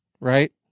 right